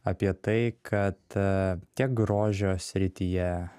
apie tai kad tiek grožio srityje